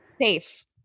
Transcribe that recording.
Safe